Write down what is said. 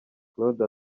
claude